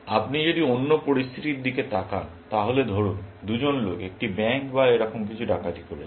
আপনি যদি অন্য পরিস্থিতির দিকে তাকান তাহলে ধরুন দুজন লোক একটি ব্যাংক বা এরকম কিছু ডাকাতি করেছে